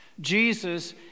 jesus